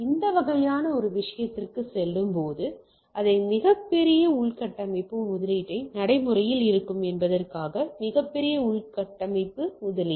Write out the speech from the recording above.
இந்த வகையான ஒரு விஷயத்திற்கு செல்லும்போது அதன் மிகப்பெரிய உள்கட்டமைப்பு முதலீட்டை நடைமுறையில் இருக்கும் என்பதற்கான மிகப்பெரிய உள்கட்டமைப்பு முதலீடு